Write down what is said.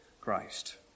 christ